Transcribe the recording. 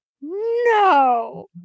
No